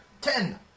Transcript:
Ten